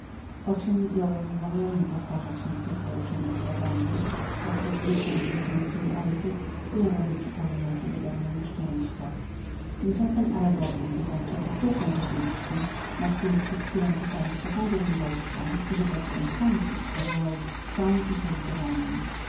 poczem jąłem mimowolnie powtarzać niektóre poruszenia sarabandy jak to zwykł był czynić mój ojciec ile razy przypominał sobie dawne nieszczęścia tymczasem araby widząc że potłukłem tabliczki na których przed chwilą pisałem z taką gorliwością zawołali z czcią i politowaniem